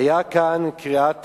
היתה כאן קריאת